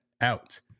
out